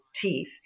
teeth